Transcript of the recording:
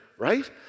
right